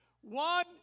One